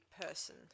person